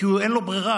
כי אין לו ברירה,